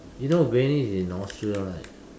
you know Venice is in Austria right